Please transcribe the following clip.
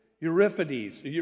Euripides